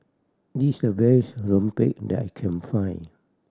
this is the best rempeyek that I can find